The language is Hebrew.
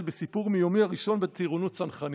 בסיפור מיומי הראשון בטירונות צנחנים.